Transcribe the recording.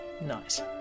Nice